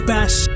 Bash